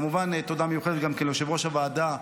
כמובן, תודה מיוחדת ליושב-ראש ועדת